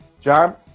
John